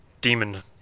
demon